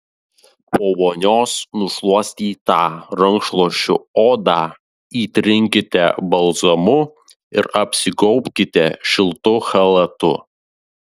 po vonios nušluostytą rankšluosčiu odą įtrinkite balzamu ir apsigaubkite šiltu chalatu